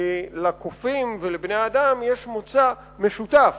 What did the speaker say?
לקופים ולבני-האדם יש מוצא משותף,